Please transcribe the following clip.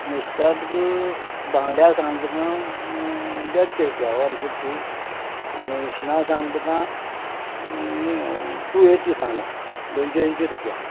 नुस्त्या तुक बांगड्यां सांगले तुका देडशें रुपया वन फिफ्टी आनी इसणां सांगलें तुका टू ऐटी सांगलां दोनशें अयंशी रुपया